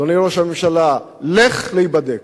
אדוני ראש הממשלה, לך להיבדק,